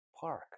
park